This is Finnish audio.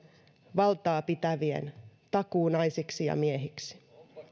valtaa pitävien takuunaisiksi ja miehiksi